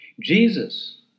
Jesus